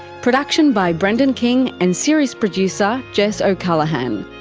production by brendan king and series producer jess o'callaghan,